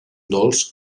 dolç